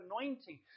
anointing